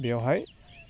बेयावहाय